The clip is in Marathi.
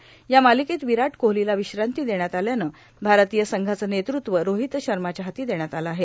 या मार्ाालकेत ्वराट कोहलोला ्विश्रांती देण्यात आल्यानं भारतीय संघाचं नेतृत्व रोोहत शमाच्या हाती देण्यात आलं आहे